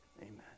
amen